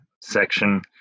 section